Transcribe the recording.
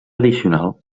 addicional